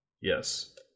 Yes